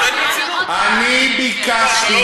אני ביקשתי,